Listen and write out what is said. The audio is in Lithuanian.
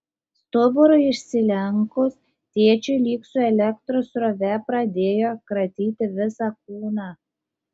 stuburui išsilenkus tėčiui lyg su elektros srove pradėjo kratyti visą kūną